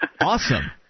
Awesome